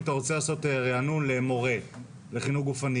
אם אתה רוצה לעשות ריענון למורה לחינוך גופני